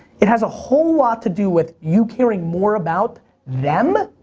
it has a whole lot to do with you caring more about them,